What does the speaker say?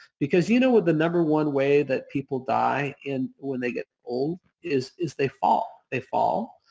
because you know with the number one way that people die and when they get old is is they fall. they fall.